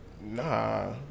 Nah